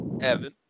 Evan